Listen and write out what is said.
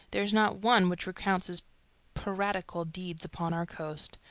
there is not one which recounts his piratical deeds upon our coast.